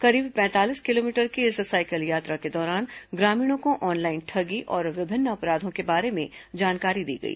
करीब पैंतालीस किलोमीटर की इस साइकिल यात्रा के दौरान ग्रामीणों को ऑनलाइन ठगी और विभिन्न अपराधों के बारे में जानकारी दी गई